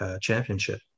championship